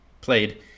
played